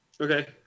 Okay